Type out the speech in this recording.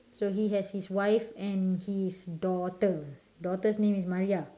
so he has his wife and his daughter daughter's name is Maria